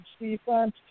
defense